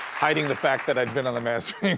hiding the fact that i've been on the masked